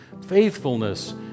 faithfulness